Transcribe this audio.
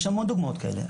יש המון דוגמאות כאלה,